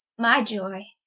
my ioy,